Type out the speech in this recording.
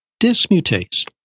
dismutase